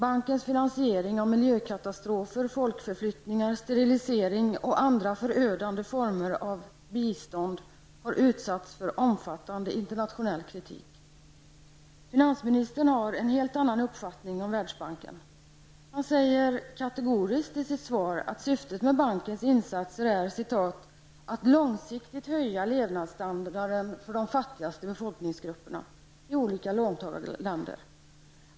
Bankens finansiering av miljökatastrofer, folkförflyttningar, sterilisering och andra förödande former av ''bistånd'' har utsatts för en omfattande internationell kritik. Finansministern har en helt annan uppfattning om Världsbanken. Han säger kategoriskt i sitt svar att syftet med bankens insatser är ''att långsiktigt höja levnadsstandarden för de fattigaste befolkningsgrupperna'' i olika låntagarländer.